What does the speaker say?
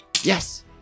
Yes